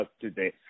today